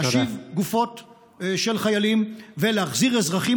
להשיב גופות של חיילים ולהחזיר אזרחים